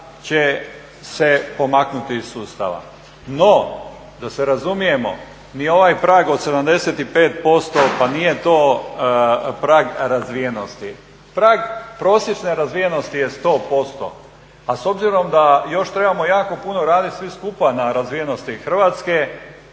će se pomaknuti iz sustava. No da se razumijemo, mi ovaj prag od 75% pa nije to prag razvijenosti. Prag prosječne razvijenosti je 100%, a s obzirom da još trebamo jako puno radit svi skupa na razvijenosti Hrvatske